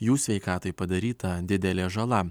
jų sveikatai padaryta didelė žala